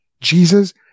Jesus